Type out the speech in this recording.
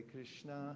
Krishna